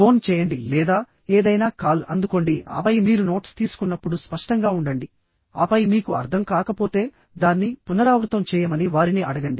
phone చేయండి లేదా ఏదైనా కాల్ అందుకోండి ఆపై మీరు నోట్స్ తీసుకుంటున్నారు ఆపై మీరు నోట్స్ తీసుకున్నప్పుడు స్పష్టంగా ఉండండి ఆపై మీకు అర్థం కాకపోతే దాన్ని పునరావృతం చేయమని వారిని అడగండి